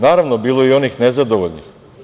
Naravno, bilo je i onih nezadovoljnih.